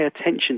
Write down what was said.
attention